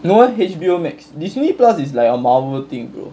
no eh H_B_O Max Disney plus is like a Marvel thing